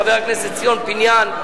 חבר הכנסת ציון פיניאן,